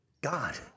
God